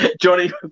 Johnny